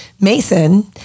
Mason